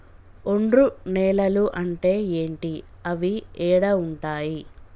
ఒండ్రు నేలలు అంటే ఏంటి? అవి ఏడ ఉంటాయి?